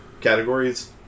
categories